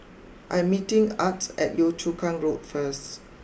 I'm meeting Art at Yio Chu Kang Road first